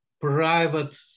private